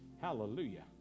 Hallelujah